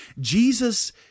Jesus